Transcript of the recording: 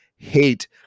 hate